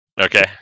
Okay